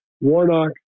Warnock